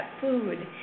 food